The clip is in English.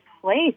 place